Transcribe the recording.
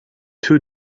two